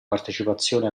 partecipazione